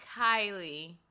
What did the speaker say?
Kylie